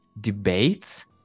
debates